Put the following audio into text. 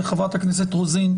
לחברת הכנסת רוזין,